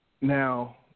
now